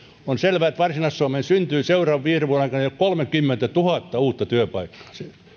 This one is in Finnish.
on selvää että varsinais suomeen syntyy seuraavan viiden vuoden aikana jo kolmekymmentätuhatta uutta työpaikkaa